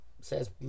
says